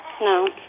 No